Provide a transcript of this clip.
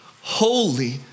holy